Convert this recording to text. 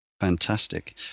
Fantastic